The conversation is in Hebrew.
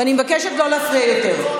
ואני מבקשת לא להפריע יותר.